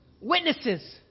Witnesses